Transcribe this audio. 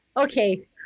okay